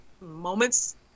moments